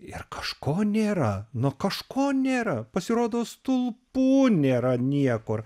ir kažko nėra na kažko nėra pasirodo stulpų nėra niekur